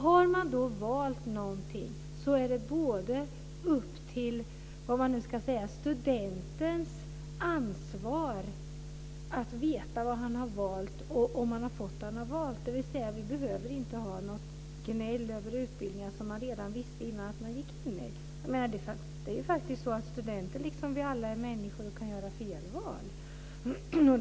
Har man då gjort sitt val är det upp till studentens ansvar att veta om han har fått det som han har valt. Då behöver det inte bli något gnäll över utbildningar som man redan från början visste att man hade valt. Studenter, liksom vi alla, är människor och kan göra felaktiga val.